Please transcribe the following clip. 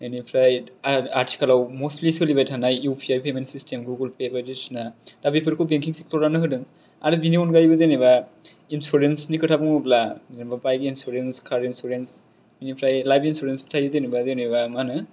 बेनिफ्राय आथिखालाव मस्टलि सोलिबाय थानाय U P I payment system Google Pay बायदिसिना दा बेफोरखौ बेंकिं सेक्ट'रानो होदों आरो बिनि अनगायैबो जेनोबा इन्सुरेन्स नि खोथा बुङोब्ला जेनोबा बाइक इन्सुरेन्स कार इन्सुरेन्स बिनिफ्राय लाइफ इन्सुरेन्स बो थायो जेनेबा मा होनो